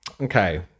Okay